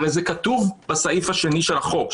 הרי זה כתוב בסעיף השני של החוק,